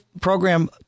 program